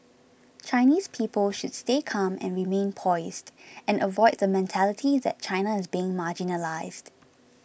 Chinese people should stay calm and remain poised and avoid the mentality that China is being marginalised